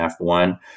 F1